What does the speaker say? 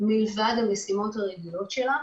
מלבד המשימות הרגילות שלה,